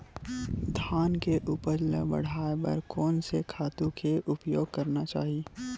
धान के उपज ल बढ़ाये बर कोन से खातु के उपयोग करना चाही?